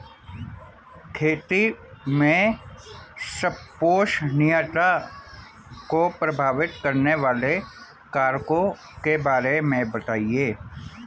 खेती में संपोषणीयता को प्रभावित करने वाले कारकों के बारे में बताइये